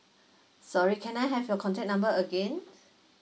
sorry can I have your contact number again